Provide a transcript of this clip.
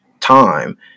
time